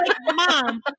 Mom